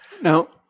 No